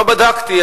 לא בדקתי,